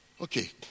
Okay